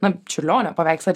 na čiurlionio paveiksle